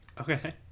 Okay